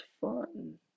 fun